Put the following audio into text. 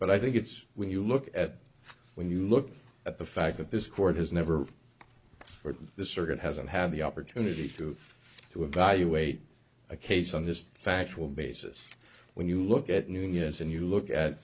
but i think it's when you look at when you look at the fact that this court has never for the circuit hasn't had the opportunity to evaluate a case on this factual basis when you look at noon years and you look at